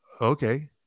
okay